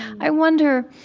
i wonder,